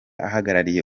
ahagarariye